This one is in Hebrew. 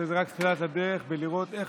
צריך לראות איך